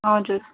हजुर